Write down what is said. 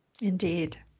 Indeed